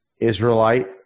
Israelite